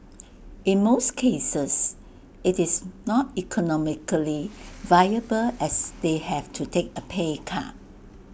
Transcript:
in most cases IT is not economically viable as they have to take A pay cut